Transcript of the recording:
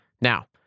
Now